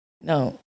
No